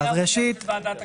נגה, סעיף 9(א)(2).